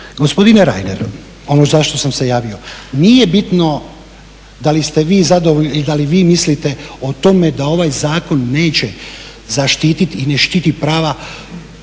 gospodine Reiner, ono zašto sam se javio, nije bitno da li ste vi zadovoljni ili da li vi mislite o tome da ovaj zakon neće zaštiti i ne štiti prava